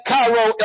Cairo